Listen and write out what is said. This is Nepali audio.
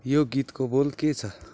यो गीतको बोल के छ